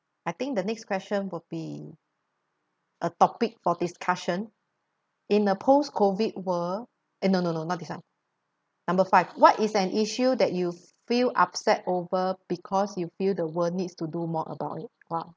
I think the next question would be a topic for discussion in a post COVID world eh no no no not this one number five what is an issue that you feel upset over because you feel the world needs to do more about it ah